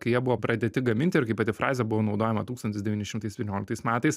kai jie buvo pradėti gaminti ir kaip pati frazė buvo naudojama tūkstantis devyni šimtai septynioliktais metais